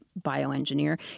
bioengineer